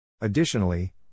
Additionally